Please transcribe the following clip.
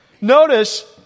Notice